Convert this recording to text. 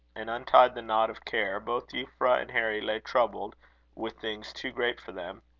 and untied the knot of care, both euphra and harry lay troubled with things too great for them.